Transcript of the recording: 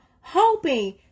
hoping